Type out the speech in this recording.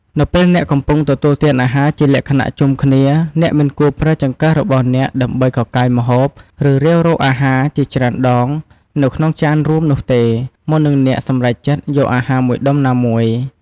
នៅពេលអ្នកកំពុងទទួលទានអាហារជាលក្ខណៈជុំគ្នា អ្នកមិនគួរប្រើចង្កឹះរបស់អ្នកដើម្បី កកាយម្ហូប ឬរាវរកអាហារជាច្រើនដង នៅក្នុងចានរួមនោះទេ មុននឹងអ្នកសម្រេចចិត្តយកអាហារមួយដុំណាមួយ។